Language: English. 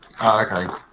Okay